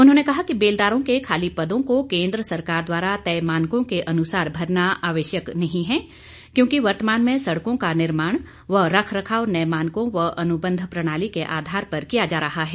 उन्होंने कहा कि बेलदारों के खाली पदों को केंद्र सरकार द्वारा तय मानकों के अनुसार भरना आवश्यक नहीं हैं क्योंकि वर्तमान में सड़कों का निर्माण व रखरखाव नए मानकों व अनुबंध प्रणाली के आधार पर किया जा रहा है